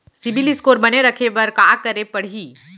CIBIL score बने रखे बर का करे पड़ही?